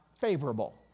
favorable